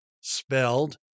spelled